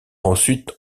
ensuite